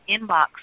inbox